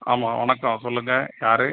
ஆமாம் வணக்கம் சொல்லுங்கள் யாரு